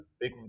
Big